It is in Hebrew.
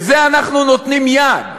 לזה אנחנו נותנים יד,